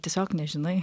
tiesiog nežinai